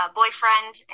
boyfriend